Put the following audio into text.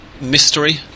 mystery